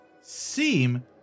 seem